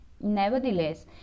Nevertheless